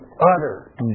utter